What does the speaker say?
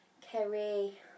Kerry